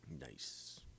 nice